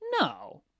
No